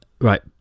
right